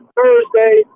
Thursday